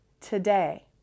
today